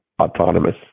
autonomous